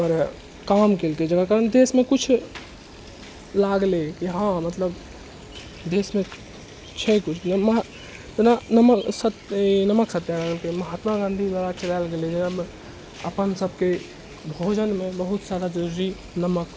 काम केलकै जेकरा कारण देशमे किछु लागलै की हँ मतलब देशमे छै किछु ओना सत्य नमक सत्याग्रह महात्मा गांधी द्वारा चलायल गेलै जकरामे अपन अपनसबके भोजनमे बहुत सारा नमक